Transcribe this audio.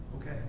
okay